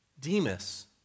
Demas